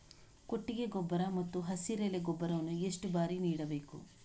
ಕೊಟ್ಟಿಗೆ ಗೊಬ್ಬರ ಮತ್ತು ಹಸಿರೆಲೆ ಗೊಬ್ಬರವನ್ನು ಎಷ್ಟು ಬಾರಿ ನೀಡಬೇಕು?